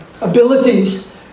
abilities